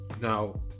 Now